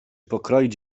pokroić